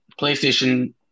PlayStation